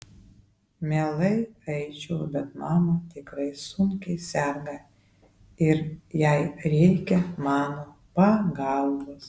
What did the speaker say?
mielai eičiau bet mama tikrai sunkiai serga ir jai reikia mano pagalbos